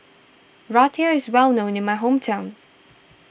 Raita is well known in my hometown